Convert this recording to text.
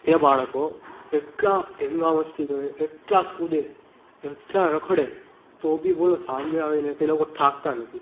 ત્યાં બાળકો એટલા ધિંગામસ્તી કરે એટલા કૂદે એટલા રખડે તો બી બોલો સાંજે આવે ને તો એ લોકો થાકતા નથી